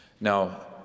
Now